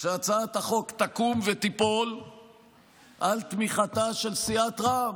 שהצעת החוק תקום ותיפול על תמיכתה של סיעת רע"מ.